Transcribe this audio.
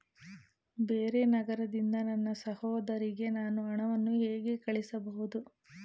ಬೇರೆ ನಗರದಿಂದ ನನ್ನ ಸಹೋದರಿಗೆ ನಾನು ಹಣವನ್ನು ಹೇಗೆ ಕಳುಹಿಸಬಹುದು?